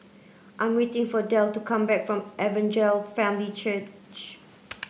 I'm waiting for Delle to come back from Evangel Family Church